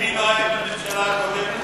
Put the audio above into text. גם ביבי לא היה בממשלה הקודמת?